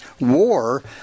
war